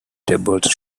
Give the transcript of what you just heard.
tables